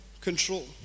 control